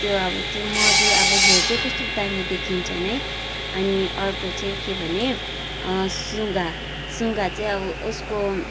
त्यो त्यो अब त्यो मजुर अब हेर्दै कस्तो दामी देखिन्छन् है अनि अर्को चाहिँ के भने सुगा सुगा चाहिँ अब उसको